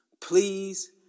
Please